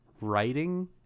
writing